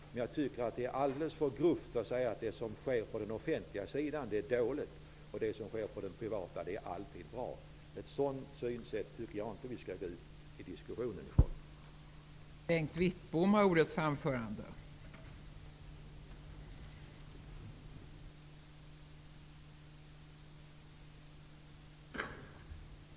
Men jag tycker att det är alltför grovt att säga att det som sker på den offentliga sidan är dåligt medan det som sker på den privata alltid är bra. Ett sådant synsätt tycker jag inte att diskussionen skall utgå ifrån.